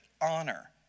honor